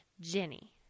Jenny